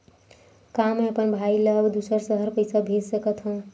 का मैं अपन भाई ल दुसर शहर पईसा भेज सकथव?